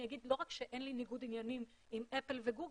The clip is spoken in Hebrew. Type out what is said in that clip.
אני אגיד שלא רק שאין לי ניגוד עניינים עם אפל וגוגל,